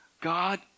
God